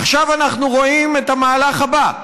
עכשיו אנחנו רואים את המהלך הבא,